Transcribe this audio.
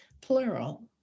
plural